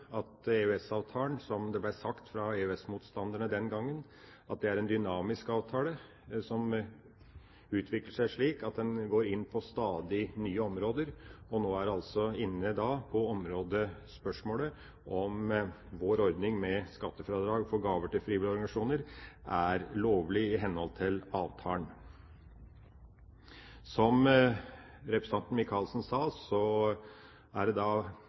at EØS-avtalen, som det ble sagt fra EØS-motstanderne den gangen, er en dynamisk avtale som utvikler seg slik at den går inn på stadig nye områder. Nå er den altså inne på området spørsmålet om vår ordning med skattefradrag for gaver til frivillige organisasjoner er lovlig i henhold til avtalen. Som representanten Micaelsen sa, er det